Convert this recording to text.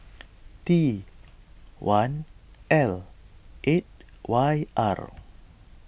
T one L eight Y R